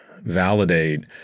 validate